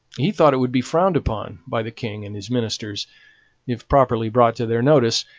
he thought it would be frowned upon by the king and his ministers if properly brought to their notice,